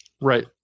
Right